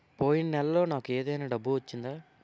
పోయిన నెలలో నాకు ఏదైనా డబ్బు వచ్చిందా?